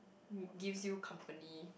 gives you company